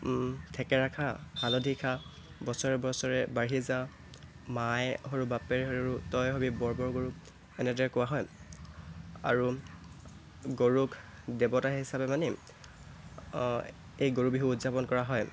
থেকেৰা খা হালধি খা বছৰে বছৰে বাঢ়ি যা মায়ে সৰু বাপেৰ সৰু তই হ'বি বৰ বৰ গৰু এনেদৰে কোৱা হয় আৰু গৰুক দেৱতা হিচাপে মানি এই গৰু বিহু উদযাপন কৰা হয়